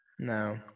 No